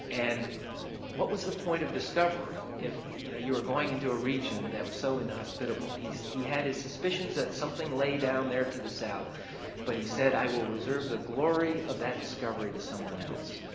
and what was the point of discovery if, you know, you were going into a region that was so inhospitable? he had his suspicions that something lay down there to the south but he said i will reserve the glory of that discovery to someone else.